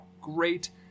great